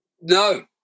No